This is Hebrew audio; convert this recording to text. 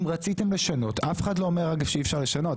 אם רציתם לשנות, אף אחד לא אומר שאי אפשר לשנות.